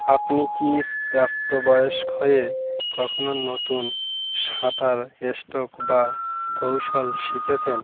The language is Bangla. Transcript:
আপনি কি প্রাপ্তবয়স্ক হয়ে কখনও নতুন সাঁতার স্ট্রোক বা কৌশল শিখেছেন